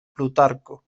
plutarco